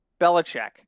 Belichick